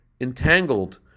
entangled